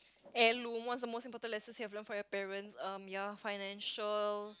heirloom what's the most important lesson you have learnt from your parents um ya financial